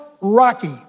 Rocky